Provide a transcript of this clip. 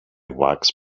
wax